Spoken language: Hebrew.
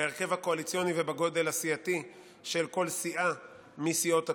ההרכב הקואליציוני והגודל הסיעתי של כל סיעה מסיעות הקואליציה,